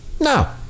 no